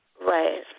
Right